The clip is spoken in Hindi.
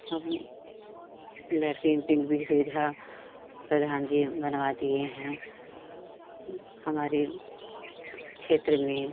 हम लैट्रिंग ओटिंग भी सुविधा प्रधान जी बनवा दिए हैं हमारे क्षेत्र में